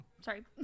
Sorry